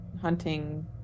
hunting